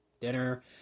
dinner